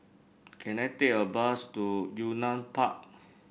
can I take a bus to Yunnan Park